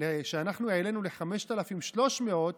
שאנחנו העלינו ל-5,300,